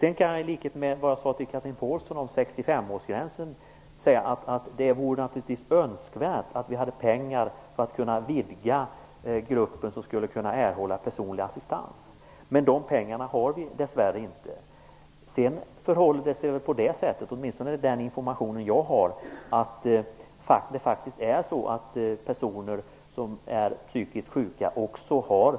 Sedan kan jag, precis som jag sade till Chatrine Pålsson apropå 65-årsgränsen, säga att det naturligtvis vore önskvärt om vi hade pengar till att kunna vidga gruppen som kan erhålla personlig assistans, men de pengarna har vi dessvärre inte. Sedan förhåller det sig faktiskt så, åtminstone enligt den information jag har, att personer som är psykiskt sjuka också har